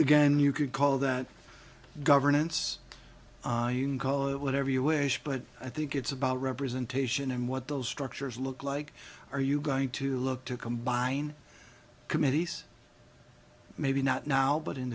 again you could call that governance call it whatever you wish but i think it's about representation and what those structures look like are you going to look to combine committees maybe not now but in